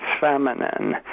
feminine